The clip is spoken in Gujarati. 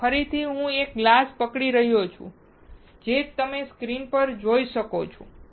તેથી ફરીથી હું એક ગ્લાસ પકડી રહ્યો છું જે તમે સ્ક્રીન પર જોઈ શકો છો